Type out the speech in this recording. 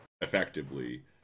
effectively